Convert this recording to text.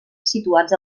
situats